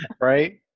Right